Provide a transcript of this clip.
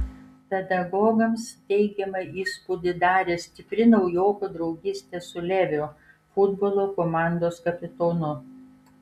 pedagogams teigiamą įspūdį darė stipri naujoko draugystė su leviu futbolo komandos kapitonu